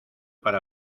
para